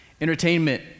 Entertainment